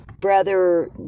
Brother